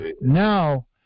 Now